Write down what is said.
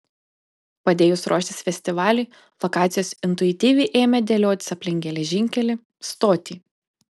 padėjus ruoštis festivaliui lokacijos intuityviai ėmė dėliotis aplink geležinkelį stotį